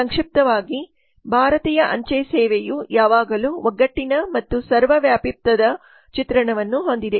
ಸಂಕ್ಷಿಪ್ತವಾಗಿ ಭಾರತೀಯ ಅಂಚೆ ಸೇವೆಯು ಯಾವಾಗಲೂ ಒಗ್ಗಟ್ಟಿನ ಮತ್ತು ಸರ್ವವ್ಯಾಪಿತ್ವದ ಚಿತ್ರಣವನ್ನು ಹೊಂದಿದೆ